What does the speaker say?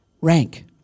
rank